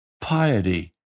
piety